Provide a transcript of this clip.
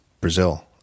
brazil